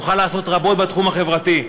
תוכל לעשות רבות בתחום החברתי.